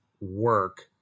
work